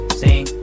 sing